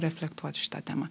reflektuot šitą temą